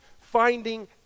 finding